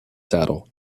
saddle